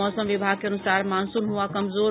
मौसम विभाग के अनुसार मॉनसून हुआ कमजोर